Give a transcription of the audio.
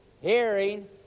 hearing